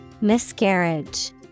Miscarriage